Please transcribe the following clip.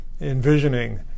envisioning